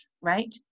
right